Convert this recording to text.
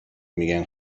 میگن